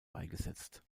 beigesetzt